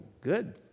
good